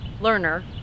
learner